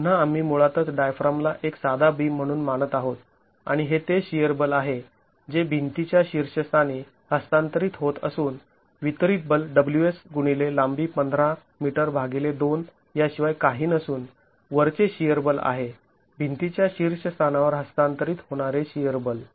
पुन्हा आम्ही मुळातच डायफ्रामला एक साधा बीम म्हणून मानत आहोत आणि हे ते शिअर बल आहे जे भिंती च्या शीर्षस्थानी हस्तांतरीत होत असून वितरित बल ws गुणिले लांबी १५ मीटर भागिले २ याशिवाय काही नसून वरचे शिअर बल आहे भिंतींच्या शीर्षस्थानावर हस्तांतरित होणारे शिअर बल